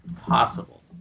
possible